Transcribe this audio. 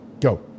Go